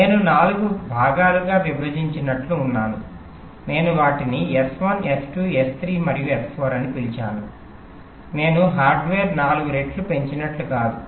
నేను నాలుగు భాగాలుగా విభజించినట్లు ఉన్నాను నేను వాటిని S1 S2 S3 మరియు S4 అని పిలిచాను నేను హార్డ్వేర్ను నాలుగు రేట్లు పెంచినట్లు కాదు